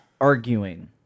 arguing